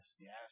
Yes